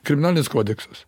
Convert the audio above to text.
kriminalinis kodeksas